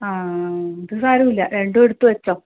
ആ അത് സാരമില്ല രണ്ടും എടുത്ത് വെച്ചോ